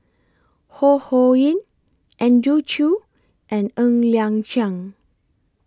Ho Ho Ying Andrew Chew and Ng Liang Chiang